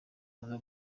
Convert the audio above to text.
aza